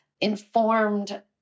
informed